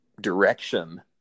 direction